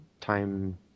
time